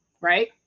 right